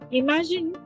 imagine